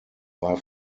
war